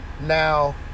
now